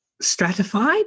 stratified